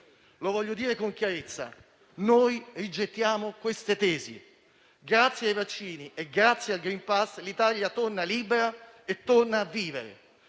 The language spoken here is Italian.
Lo voglio dire con chiarezza: noi rigettiamo queste tesi. Grazie ai vaccini e grazie al *green pass* l'Italia torna libera e torna a vivere,